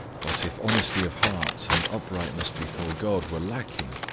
but if honesty of heart and uprightness before god were lacking,